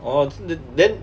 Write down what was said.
orh 是 the~ then